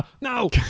no